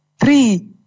three